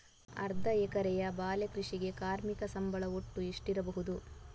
ಅರ್ಧ ಎಕರೆಯ ಬಾಳೆ ಕೃಷಿಗೆ ಕಾರ್ಮಿಕ ಸಂಬಳ ಒಟ್ಟು ಎಷ್ಟಿರಬಹುದು?